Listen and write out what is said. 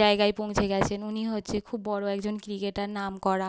জায়গায় পৌঁছে গিয়েছেন উনি হচ্ছে খুব বড় একজন ক্রিকেটার নাম করা